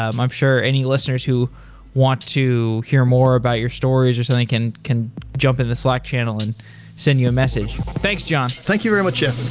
i'm i'm sure any listeners who want to hear more about your stories certainly can can jump in the slack channel and send you a message. thanks, john. thank you very much, jeff.